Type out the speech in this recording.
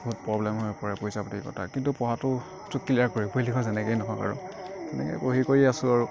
বহুত প্ৰব্লেম হৈ পৰে পইচা পাতিৰ কথাত কিন্তু পঢ়াটোতো ক্লীয়াৰ কৰিবই লাগিব যেনেকৈয়ে নহওক আৰু তেনেকৈয়ে পঢ়ি কৰি আছো আৰু